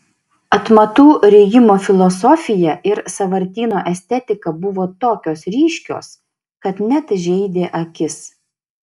atmatų rijimo filosofija ir sąvartyno estetika buvo tokios ryškios kad net žeidė akis